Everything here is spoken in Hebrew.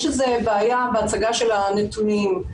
יש איזו בעיה בהצגה של הנתונים,